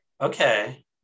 Okay